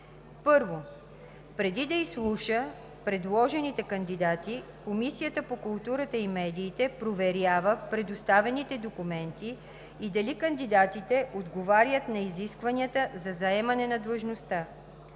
1. Преди да изслуша предложените кандидати Комисията по културата и медиите проверява представените документи и дали кандидатите отговарят на изискванията за заемане на длъжността.